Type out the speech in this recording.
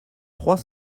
trois